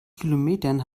kilometern